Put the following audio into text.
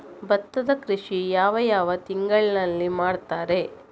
ಭತ್ತದ ಕೃಷಿ ಯಾವ ಯಾವ ತಿಂಗಳಿನಲ್ಲಿ ಮಾಡುತ್ತಾರೆ?